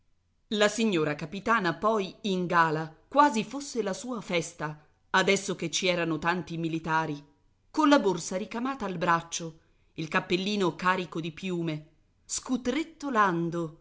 la signora capitana poi in gala quasi fosse la sua festa adesso che ci erano tanti militari colla borsa ricamata al braccio il cappellino carico di piume